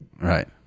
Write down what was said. Right